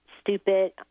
stupid